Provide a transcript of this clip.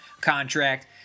contract